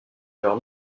leurs